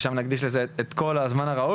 ושם נקדיש לזה את כל הזמן הראוי,